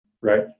right